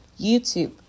YouTube